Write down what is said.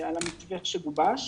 על המתווה שגובש.